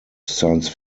science